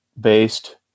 based